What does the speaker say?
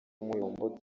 muyombo